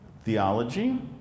theology